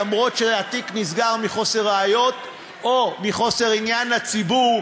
למרות שהתיק נסגר מחוסר ראיות או מחוסר עניין לציבור,